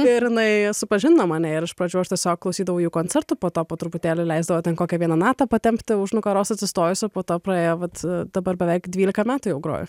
ir jinai supažindino mane ir iš pradžių aš tiesiog klausydavau jų koncertų po to po truputėlį leisdavo ten kokią vieną natą patempti už nugaros atsistojus po to praėjo vat dabar beveik dvyliką metų jau grojo